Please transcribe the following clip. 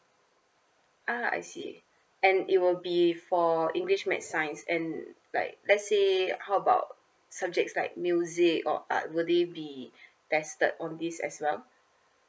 ah I see and it will be for english math science and like let's say like how about subjects like music or art would it be tested on this as well